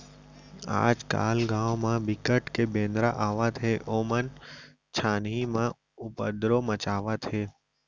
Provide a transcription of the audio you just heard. आजकाल गाँव म बिकट के बेंदरा आवत हे ओमन छानही म उपदरो मचावत हे